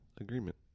agreement